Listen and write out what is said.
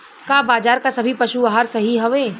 का बाजार क सभी पशु आहार सही हवें?